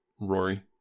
Rory